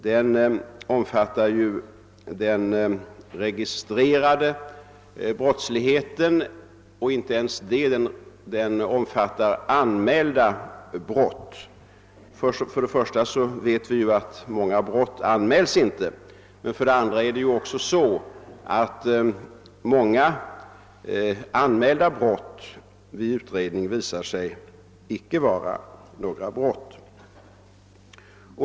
Den omfattar ju den registrerade brottsligheten — ja, inte ens det, den omfattar anmälda brott. För det första vet vi att många brott inte anmäls och för det andra visar sig många anmälda brott vid utredning i själva verket icke vara några brott.